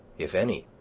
if any,